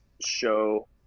show